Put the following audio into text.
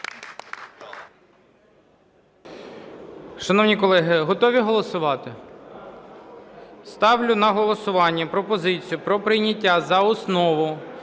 Шановні колеги, готові голосувати? Ставлю на голосування пропозицію про прийняття за основу